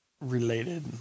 related